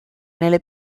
nelle